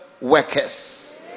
workers